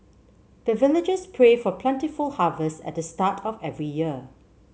the villagers pray for plentiful harvest at the start of every year